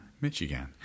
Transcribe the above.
Michigan